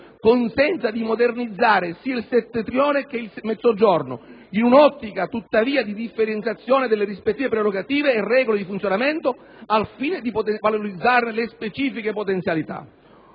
consenta di modernizzare sia il Settentrione che il Mezzogiorno, in un'ottica tuttavia di differenziazione delle rispettive prerogative e regole di funzionamento, al fine di valorizzare le specifiche potenzialità.